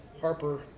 harper